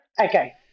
okay